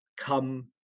come